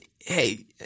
Hey